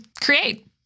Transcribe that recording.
create